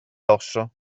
dosso